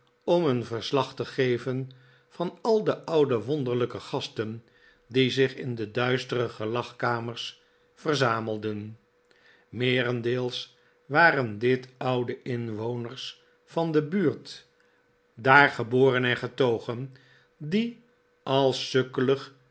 om een verslag te geven van al de oude wonderlijke gasten die zich in de duistere gelagkamers verzamelden meerendeels waren dit oude inwoners van de buurt daar geboren en getogen die al